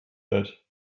that